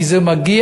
כי זה מגיע,